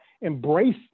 embrace